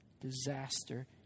disaster